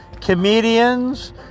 comedians